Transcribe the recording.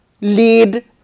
lead